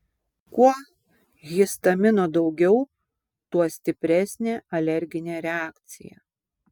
kuo histamino daugiau tuo stipresnė alerginė reakcija